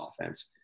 offense